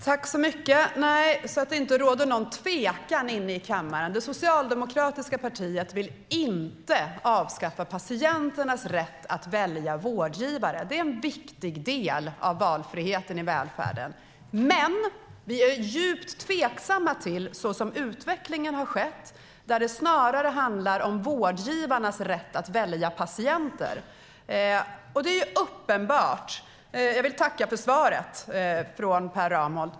Herr talman! För att det inte ska råda någon tvekan i kammaren: Det socialdemokratiska partiet vill inte avskaffa patienternas rätt att välja vårdgivare. Det är en viktig del av valfriheten i välfärden. Men vi är djupt tveksamma till den utveckling som har skett där det snarare handlar om vårdgivarnas rätt att välja patienter. Jag vill tacka Per Ramhorn för svaret.